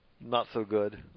Not-So-Good